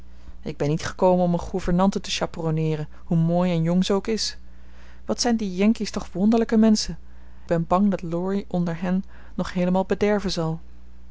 ik ben niet gekomen om een gouvernante te chaperonneeren hoe mooi en jong ze ook is wat zijn die yankees toch wonderlijke menschen ik ben bang dat laurie onder hen nog heelemaal bederven zal